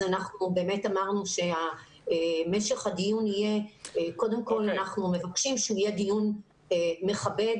אנחנו אמרנו מבקשים שהדיון יהיה דיון מכבד